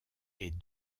est